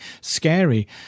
scary